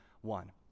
one